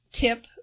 tip